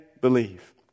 believe